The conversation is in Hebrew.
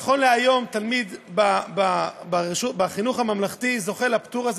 נכון להיות תלמיד בחינוך הממלכתי זוכה לפטור הזה